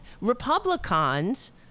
Republicans